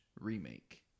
remake